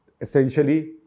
Essentially